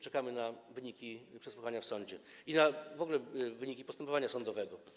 Czekamy na wyniki przesłuchania w sądzie i w ogóle na wyniki postępowania sądowego.